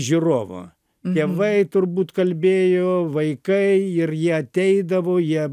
žiūrovo tėvai turbūt kalbėjo vaikai ir jie ateidavo jie